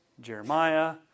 Jeremiah